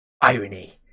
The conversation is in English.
Irony